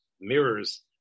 mirrors